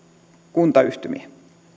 kuntayhtymien